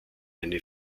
eine